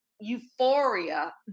euphoria